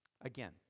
Again